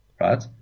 right